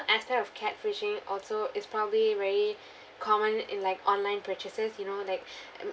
uh instead of catfishing also it's probably very common in like online purchases you know like